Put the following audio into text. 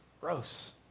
gross